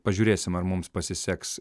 pažiūrėsim ar mums pasiseks